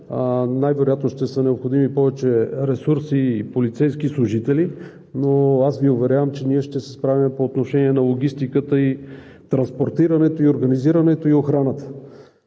най-вероятно ще са необходими повече ресурси и полицейски служители, но аз Ви уверявам, че ние ще се справим по отношение на логистиката и транспортирането, и организирането, и охраната.